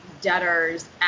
debtors